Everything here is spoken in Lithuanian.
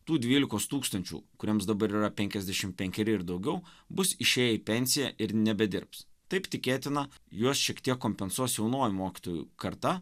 tų dvylikos tūkstančių kuriems dabar yra penkiasdešim penkeri ir daugiau bus išėję į pensiją ir nebedirbs taip tikėtina juos šiek tiek kompensuos jaunoji mokytojų karta